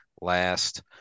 last